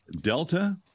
Delta